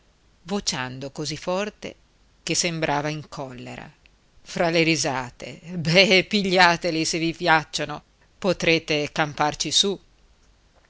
vociando così forte che sembrava in collera fra le risate be pigliateli se vi piacciono potrete camparci su